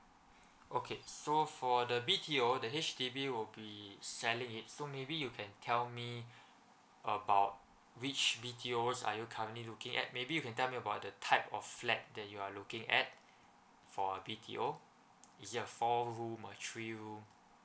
okay so for the B_T_O the H_D_B we'll be selling it so maybe you can tell me about which B_T_Os are you currently looking at maybe you can tell me about the type of flat that you are looking at for B_T_O is it a four room or three room